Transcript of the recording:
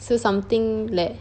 so something that